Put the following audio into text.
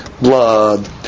blood